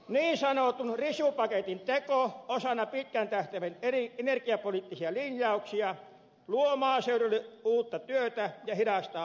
niin sanotun risupaketin teko osana pitkän tähtäimen energiapoliittisia linjauksia luo maaseudulle uutta työtä ja hidastaa autioitumista